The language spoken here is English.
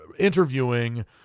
interviewing